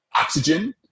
oxygen